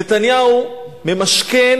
נתניהו ממשכן